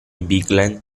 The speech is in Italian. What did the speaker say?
bigland